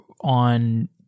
on